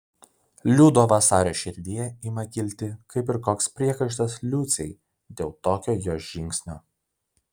liudo vasario širdyje ima kilti kaip ir koks priekaištas liucei dėl tokio jos žingsnio